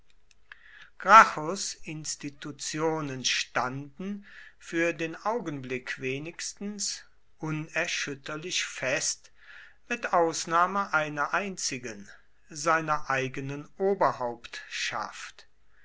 gracchus institutionen standen für den augenblick wenigstens unerschütterlich fest mit ausnahme einer einzigen seiner eigenen